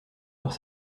leurs